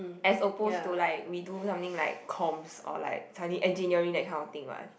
as opposed to like we do something like comms or like suddenly engineering that kind of thing what